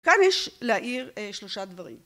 כאן יש להעיר שלושה דברים.